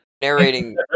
narrating